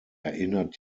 erinnert